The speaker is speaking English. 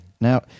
Now